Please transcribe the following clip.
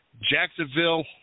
Jacksonville